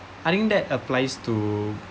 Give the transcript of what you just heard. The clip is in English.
I think that applies to